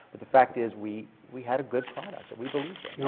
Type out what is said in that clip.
but the fact is, we we had a good product that we believed in.